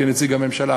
כנציג הממשלה,